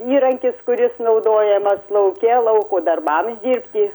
įrankis kuris naudojamas lauke lauko darbams dirbti